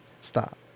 stop